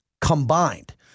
combined